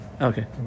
Okay